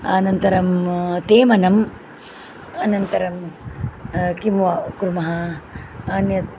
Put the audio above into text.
अनन्तरं तेमनम् अनन्तरं किं व कुर्मः अन्यत्